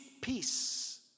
peace